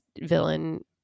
villain